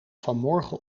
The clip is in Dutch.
vanmorgen